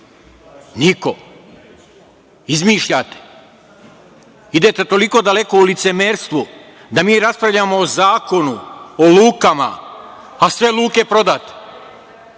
Niko. Izmišljate. Idete toliko daleko u licemerstvu da mi raspravljamo o Zakonu o lukama, a sve luke prodate,